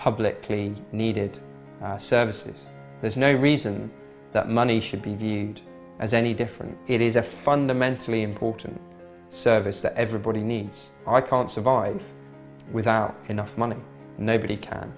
publicly needed services there's no reason that money should be viewed as any different it is a fundamentally important service that everybody needs i can't survive without enough money nobody can